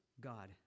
God